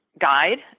guide